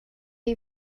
you